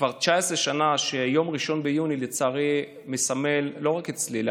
כבר 19 שנה ש-1 ביוני לצערי מסמל, לא רק אצלי אלא